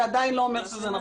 זה עדיין לא אומר שזה נכון.